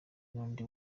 nundi